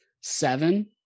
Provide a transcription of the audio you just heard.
seven